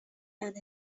and